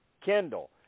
Kendall